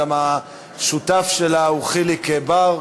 השותף שלה חיליק בר,